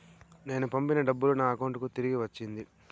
నేను పంపిన డబ్బులు నా అకౌంటు కి తిరిగి వచ్చింది